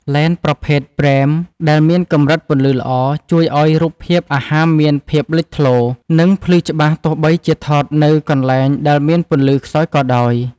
លែនប្រភេទ ព្រែម ដែលមានកម្រិតពន្លឺល្អ ជួយឱ្យរូបភាពអាហារមានភាពលេចធ្លោ និងភ្លឺច្បាស់ទោះបីជាថតនៅកន្លែងដែលមានពន្លឺខ្សោយក៏ដោយ។